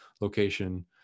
location